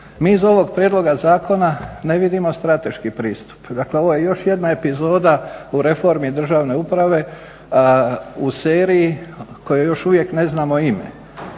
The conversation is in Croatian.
Mi iz ovog prijedloga zakona ne vidimo strateški pristup, dakle ovo je jedna epizoda u reformi državne uprave u seriji kojoj još uvijek ne znamo ime,